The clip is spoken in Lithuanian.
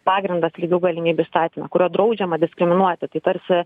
pagrindas lygių galimybių įstatyme kuriuo draudžiama diskriminuoti tai tarsi